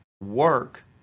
work